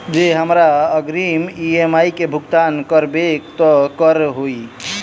जँ हमरा अग्रिम ई.एम.आई केँ भुगतान करऽ देब तऽ कऽ होइ?